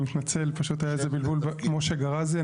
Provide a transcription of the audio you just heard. אני מתנצל, פשוט היה איזה בלבול, משה גראזי.